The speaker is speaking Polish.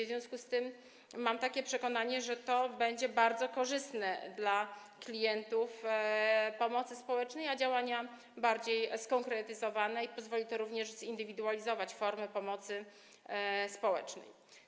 W związku z tym mam takie przekonanie, że to będzie bardzo korzystne dla klientów pomocy społecznej, działania będą bardziej skonkretyzowane, pozwoli to również zindywidualizować formy pomocy społecznej.